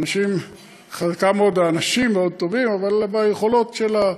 האנשים מאוד טובים, אבל היכולות שלה,